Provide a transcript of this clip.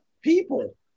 people